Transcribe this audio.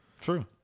true